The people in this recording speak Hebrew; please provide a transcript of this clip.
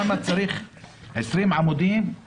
למה צריך 20 עמודים, 10%,20%,